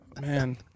Man